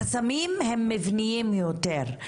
החסמים הם מבניים יותר,